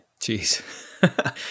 Jeez